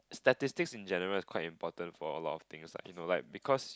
statistics in general is quite important for a lot of things like you know like because